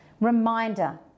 reminder